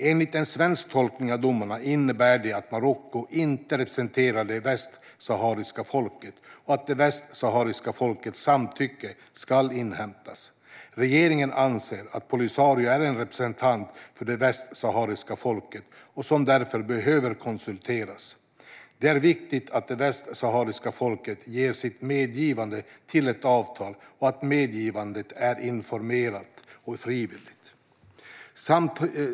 Enligt en svensk tolkning av domarna innebär de att Marocko inte representerar det västsahariska folket och att det västsahariska folkets samtycke ska inhämtas. Regeringen anser att Polisario är en representant för det västsahariska folket och därför behöver konsulteras. Det är viktigt att det västsahariska folket ger sitt medgivande till ett avtal och att medgivandet är informerat och frivilligt.